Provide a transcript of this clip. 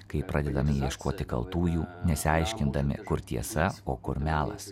kai pradedame ieškoti kaltųjų nesiaiškindami kur tiesa o kur melas